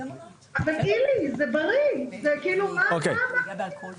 רובם אומרים לי שזה בריא ומה הבעיה עם זה?